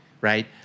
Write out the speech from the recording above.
right